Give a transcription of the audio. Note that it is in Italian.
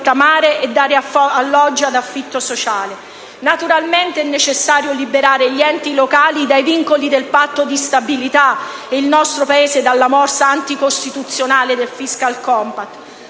e dando alloggi ad affitto sociale. Naturalmente è necessario liberare gli enti locali dai vincoli del Patto di stabilità e il nostro Paese dalla morsa anticostituzionale del *fiscal compact*.